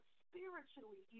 spiritually